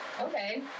okay